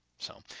so.